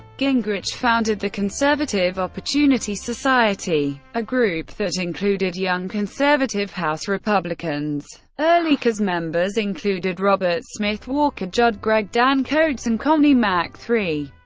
gingrich founded the conservative opportunity society, a group that included young conservative house republicans. early cos members included robert smith walker, judd gregg, dan coats and connie mack iii.